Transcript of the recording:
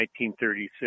1936